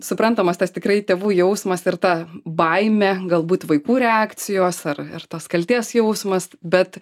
suprantamas tas tikrai tėvų jausmas ir ta baimė galbūt vaikų reakcijos ar tas kaltės jausmas bet